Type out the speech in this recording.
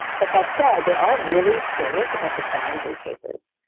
but that said, they are really curious about the boundary cases.